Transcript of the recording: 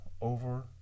over